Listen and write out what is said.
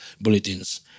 bulletins